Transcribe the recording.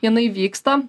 jinai vyksta